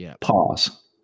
pause